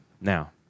Now